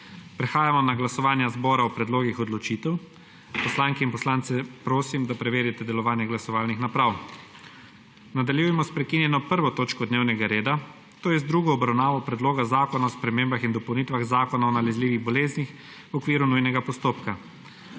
Prehajamo na glasovanje zbora o predlogih odločitev. Poslanke in poslance prosim, da preverite delovanje glasovalnih naprav. **Nadaljujemo s prekinjeno 1. točko dnevnega reda – druga obravnava Predloga zakona o spremembah in dopolnitvah Zakona o nalezljivih boleznih v okviru nujnega postopka.**